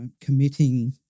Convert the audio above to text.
committing